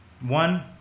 One